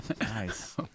Nice